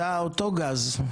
אתה אותו גז.